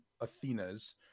Athena's